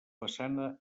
façana